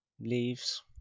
leaves